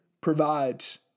provides